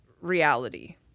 reality